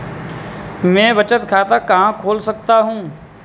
मैं बचत खाता कहाँ खोल सकता हूँ?